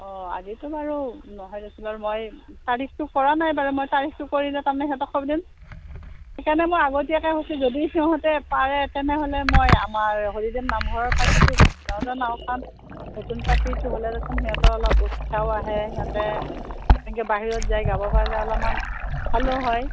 অঁ আজিতো বাৰু নহয় দিয়কচোন বাৰু মই তাৰিখটো কৰা নাই বাৰু মই তাৰিখটো কৰিলে তাৰমানে সিহঁতক খবৰ দিম সেইকাৰণে মই আগতীয়াকে কৈছোঁ যদি সিহঁতে পাৰে তেনেহ'লে মই আমাৰ হৰিজন নামঘৰৰ পাৰ্টীটোক নজনাও কাৰণ নতুন পাৰ্টীটো হ'লে দিয়কচোন সিহঁতৰ অলপ উৎসাহো আহে সিহঁতে এনেকে বাহিৰত যায় গাব পাৰিলে অলপমান ভালো হয়